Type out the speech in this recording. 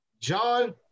John